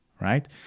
right